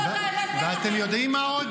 וזאת האמת --- אתם יודעים מה עוד?